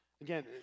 again